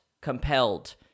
compelled